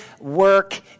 work